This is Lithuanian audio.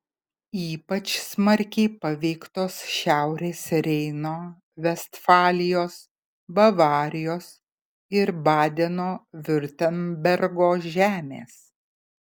ypač smarkiai paveiktos šiaurės reino vestfalijos bavarijos ir badeno viurtembergo žemės